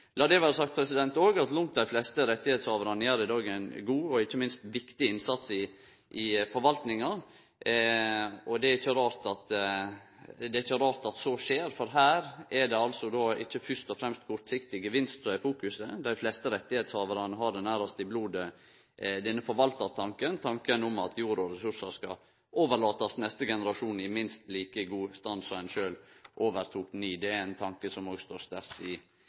La det òg vere sagt at langt dei fleste rettshavarane i dag gjer ein god og ikkje minst viktig innsats i forvaltninga. Og det er ikkje rart at så skjer, for her er det ikkje fyrst og fremst kortsiktig gevinst som er fokuset, dei fleste rettshavarane har han nærast i blodet, denne «forvaltartanken» – tanken om at jord og ressursar skal overlatast til neste generasjon i minst like god stand som ein sjølv overtok dei i. Det er ein tanke som òg står sterkt i